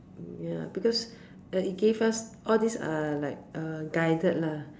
ya because it gave us all this are like uh guided lah